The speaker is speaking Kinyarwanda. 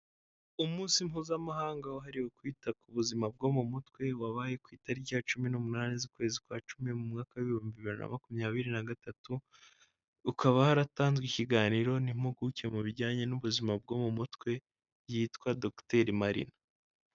Umunsi mpuzamahanga wahariwe kwita ku buzima bwo mu mutwe, wabaye ku itariki ya cumi n'umunani z'ukwezi kwa Cumi, mu mwaka w'ibihumbi bibiri na makumyabiri na gatatu, ukaba haratanzwe ikiganiro n'impuguke mu bijyanye n'ubuzima bwo mu mutwe, yitwa Dogiteri Marie.